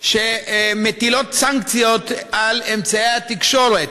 שמטילים סנקציות על אמצעי התקשורת.